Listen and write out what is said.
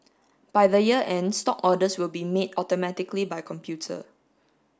by the year end stock orders will be made automatically by computer